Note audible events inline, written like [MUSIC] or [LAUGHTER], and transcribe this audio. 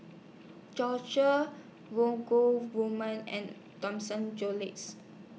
George [UNINTELLIGIBLE] woman and [UNINTELLIGIBLE]